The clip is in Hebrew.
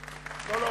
(מחיאות כפיים) לא,